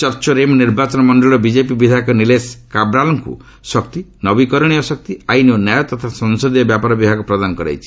ଚର୍ଚ୍ଚୋରେମ୍ ନିର୍ବାଚନ ମଣ୍ଡଳୀର ବିଜେପି ବିଧାୟକ ନିଲେଶ କ୍ରାବ୍ରାଲଙ୍କୁ ଶକ୍ତି ନବୀକରଣୀୟ ଶକ୍ତି ଆଇନ ଓ ନ୍ୟାୟ ତଥା ସଂସଦୀୟ ବ୍ୟାପର ବିଭାଗ ପ୍ରଦାନ କରାଯାଇଛି